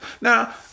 Now